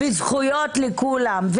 וזכויות לכולם,